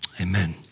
amen